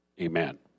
Amen